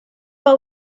out